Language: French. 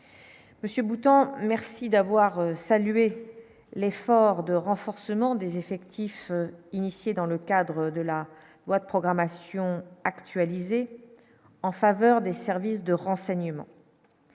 monsieur Bouton, merci d'avoir salué l'effort de renforcement des effectifs initié dans le cadre de la loi de programmation actualisée en faveur des services de renseignement